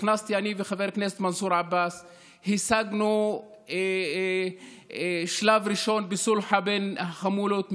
אני וחבר הכנסת מנסור עבאס השגנו שלב ראשון בסולחה בין החמולות,